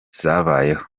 zabayeho